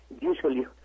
usually